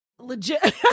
legit